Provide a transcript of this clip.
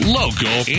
local